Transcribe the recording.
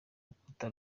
rukuta